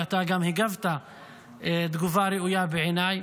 ואתה גם הגבת תגובה ראויה בעיניי